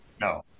No